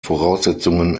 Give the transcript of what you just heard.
voraussetzungen